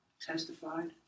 testified